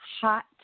hot